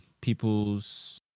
people's